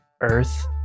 earth